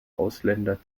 ausländer